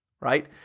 Right